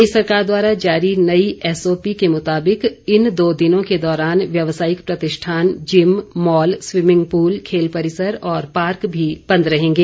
प्रदेश सरकार द्वारा जारी नई एसओपी के मुताबिक इन दो दिनों के दौरान व्यावसायिक प्रतिष्ठान जिम मॉल स्वीमिंग पूल खेल परिसर और पार्क भी बंद रहेंगे